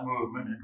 movement